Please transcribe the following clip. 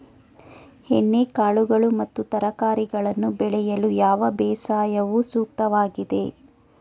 ಎಣ್ಣೆಕಾಳುಗಳು ಮತ್ತು ತರಕಾರಿಗಳನ್ನು ಬೆಳೆಯಲು ಯಾವ ಬೇಸಾಯವು ಸೂಕ್ತವಾಗಿದೆ?